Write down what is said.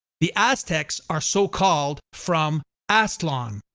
the aztecs are so called from aztlan,